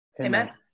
Amen